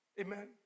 Amen